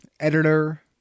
Editor